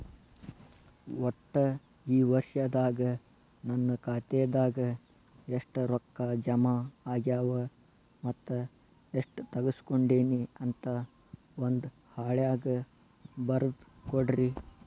ಒಟ್ಟ ಈ ವರ್ಷದಾಗ ನನ್ನ ಖಾತೆದಾಗ ಎಷ್ಟ ರೊಕ್ಕ ಜಮಾ ಆಗ್ಯಾವ ಮತ್ತ ಎಷ್ಟ ತಗಸ್ಕೊಂಡೇನಿ ಅಂತ ಒಂದ್ ಹಾಳ್ಯಾಗ ಬರದ ಕೊಡ್ರಿ